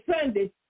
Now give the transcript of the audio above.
Sunday